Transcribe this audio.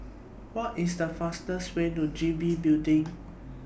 What IS The fastest Way to G B Building